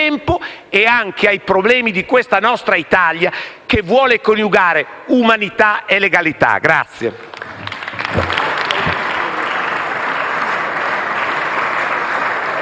e anche ai problemi di questa nostra Italia, che vuole coniugare umanità e legalità.